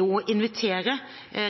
å invitere